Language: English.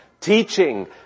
teaching